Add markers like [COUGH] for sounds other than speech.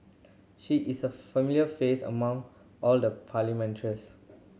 she is a familiar face among all the [UNINTELLIGIBLE]